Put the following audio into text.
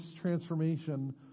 transformation